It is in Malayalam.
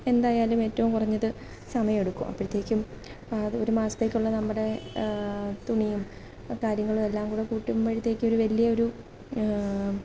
എന്തായാലും ഏറ്റവും കുറഞ്ഞത് സമയമെടുക്കും അപ്പോഴത്തേക്കും ഒരു മാസത്തേക്കുള്ള നമ്മുടെ തുണിയും കാര്യങ്ങളും എല്ലാം കൂടി കൂട്ടുമ്പോഴത്തേക്കൊരു വലിയൊരു